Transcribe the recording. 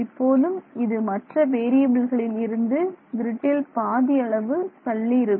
இப்போதும் இது மற்ற வேறியபில்களில் இருந்து க்ரிட்டில் பாதி அளவு தள்ளி இருக்கும்